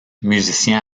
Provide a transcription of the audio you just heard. musiciens